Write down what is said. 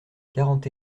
quarante